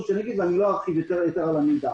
שאני אגיד בלי להרחיב יתר על המידה